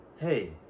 hey